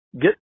get